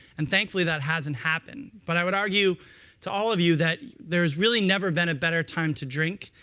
and thankfully, that hasn't happened. but i would argue to all of you that there's really never been a better time to drink.